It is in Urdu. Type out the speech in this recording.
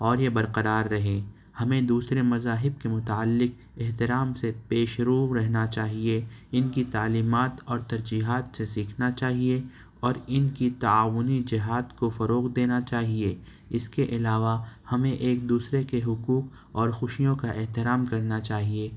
اور یہ برقرار رہے ہمیں دوسرے مذاہب کے متعلق احترام سے پیشرو رہنا چاہیے ان کی تعلیمات اور ترجیحات سے سیکھنا چاہیے اور ان کی تعاونی جہاد کو فروغ دینا چاہیے اس کے علاوہ ہمیں ایک دوسرے کے حقوق اور خوشیوں کا احترام کرنا چاہیے